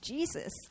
Jesus